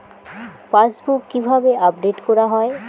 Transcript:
Passbook কিভাবে update করা হয়?